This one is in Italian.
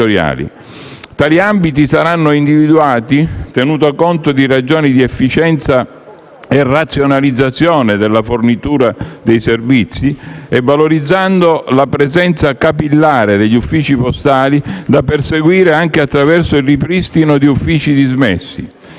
Tali ambiti saranno individuati tenuto conto di ragioni di efficienza e razionalizzazione della fornitura dei servizi e valorizzando la presenza capillare degli uffici postali da perseguire anche attraverso il ripristino di uffici dismessi.